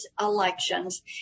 elections